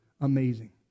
amazing